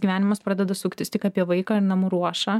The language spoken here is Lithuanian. gyvenimas pradeda suktis tik apie vaiką ir namų ruošą